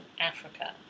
Africa